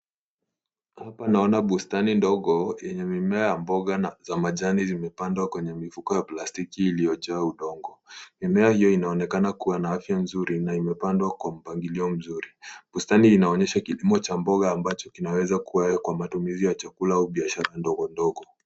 Hapa naona bustani ndogo enye mimea ya mboga za majani zimepandwa kwenye mifuko ya plastiki iliyojaa udongo, mimea hiyo inaonekana kuwa na afya nzuri na imepandwa kwa mpangilio mzuri. Bustani inaonyesha kilimo cha mboga ambacho kinaweza kua kwa matumizi ya chakula au biashara ndogondogo.